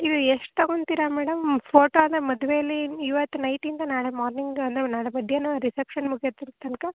ಇದು ಎಷ್ಟು ತಗೊತಿರ ಮೇಡಮ್ ಫೋಟೋ ಅಂದ್ರೆ ಮದುವೇಲಿ ಇವತ್ತು ನೈಟಿಂದ ನಾಳೆ ಮಾರ್ನಿಂಗ್ ಅಂದರೆ ಒಂದು ನಾಳೆ ಮಧ್ಯಾಹ್ನ ರಿಸೆಪ್ಷನ್ ಮುಗಿಯೋದ್ರ ತನಕ